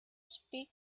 speak